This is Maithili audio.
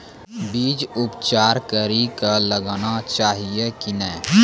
बीज उपचार कड़ी कऽ लगाना चाहिए कि नैय?